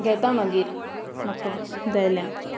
घेता मागीर म्हाका जायल्या